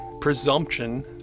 presumption